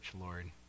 lord